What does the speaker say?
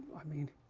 i mean